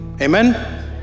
Amen